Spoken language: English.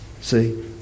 See